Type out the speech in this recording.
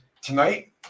Tonight